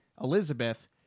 Elizabeth